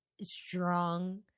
strong